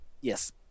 Yes